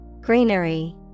greenery